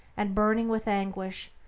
and burning with anguish,